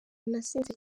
nasinze